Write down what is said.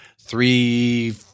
three